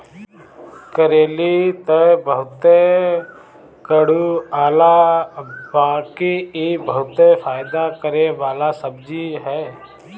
करइली तअ बहुते कड़ूआला बाकि इ बहुते फायदा करेवाला सब्जी हअ